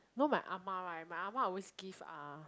know my ah-ma [right] my ah-ma always give uh